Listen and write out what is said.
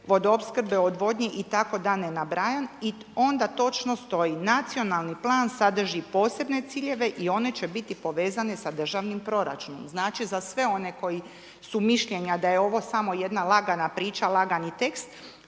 vodoopskrbe, odvodnje i tako da ne nabrajam, i onda točno stoji, nacionalni plan sadri posebne ciljeve i one će biti povezane sa državnim proračunom. Znači za sve one koji su mišljenja da je ovo samo jedna lagana priča, lagani tekst,